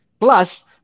Plus